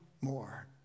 more